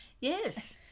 Yes